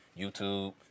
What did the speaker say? YouTube